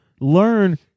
learn